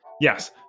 Yes